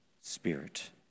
spirit